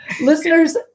listeners